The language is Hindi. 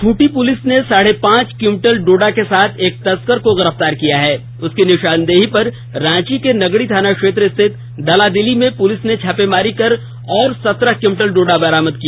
खूंटी पुलिस ने साढ़े पांच क्विंटल डोडा के साथ एक तस्कर को गिरफ्तार किया है उसकी निशानदेही पर रांची के नगड़ी थाना क्षेत्र स्थित दलादिली में पुलिस ने छापेमारी कर और सत्रह क्विंटल डोडा बरामद किया